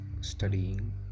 studying